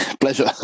Pleasure